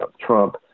Trump